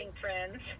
friends